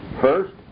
First